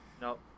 nope